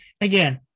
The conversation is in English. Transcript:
again